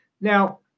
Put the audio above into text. Now